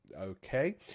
okay